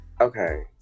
Okay